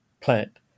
plant